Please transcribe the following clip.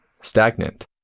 stagnant